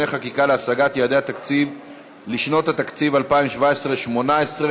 חקיקה להשגת יעדי התקציב לשנות התקציב 2017 ו-2018),